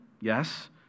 Yes